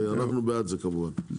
אנחנו בעד זה, כמובן.